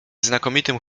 znakomitym